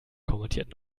kommentiert